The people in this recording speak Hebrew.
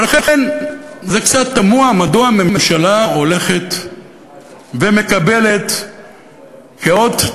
ולכן זה קצת תמוה מדוע הממשלה הולכת ומקבלת כאות,